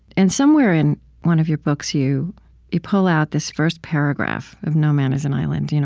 and somewhere in one of your books, you you pull out this first paragraph of no man is an island. you know